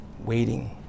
Waiting